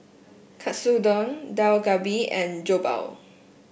Katsudon Dak Galbi and Jokbal